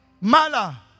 mala